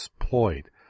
deployed